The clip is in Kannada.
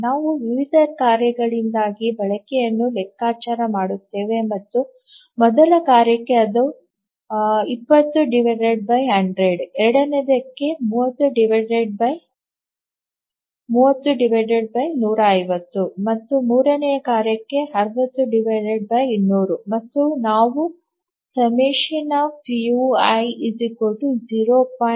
ನಾವು ವಿವಿಧ ಕಾರ್ಯಗಳಿಂದಾಗಿ ಬಳಕೆಯನ್ನು ಲೆಕ್ಕಾಚಾರ ಮಾಡುತ್ತೇವೆ ಮತ್ತು ಮೊದಲ ಕಾರ್ಯಕ್ಕೆ ಅದು 20100 ಎರಡನೆಯದಕ್ಕೆ 30150 ಮತ್ತು ಮೂರನೆಯ ಕಾರ್ಯಕ್ಕೆ 60200 ಮತ್ತು ನಾವು ∑ui0